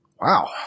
Wow